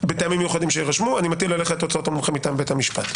בטעמים מיוחדים שיירשמו אני מטיל עליך את הוצאות המומחה מטעם בית המשפט.